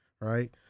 right